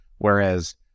Whereas